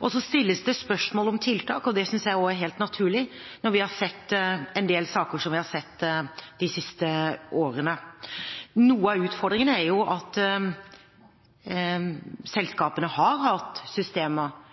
Så stilles det spørsmål om tiltak, og det synes jeg også er helt naturlig når vi har sett slike saker som vi har sett en del av de siste årene. Noe av utfordringen er at selskapene har hatt systemer,